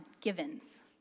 Givens